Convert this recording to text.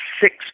six